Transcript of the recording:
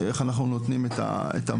איך אנחנו נותנים את המענים,